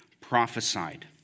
prophesied